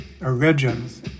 origins